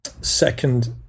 second